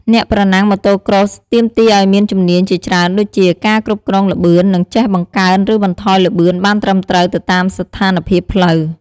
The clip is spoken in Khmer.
អ្នកប្រណាំង Motocross ទាមទារឲ្យមានជំនាញជាច្រើនដូចជា ការគ្រប់គ្រងល្បឿន និងចេះបង្កើនឬបន្ថយល្បឿនបានត្រឹមត្រូវទៅតាមស្ថានភាពផ្លូវ។